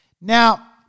Now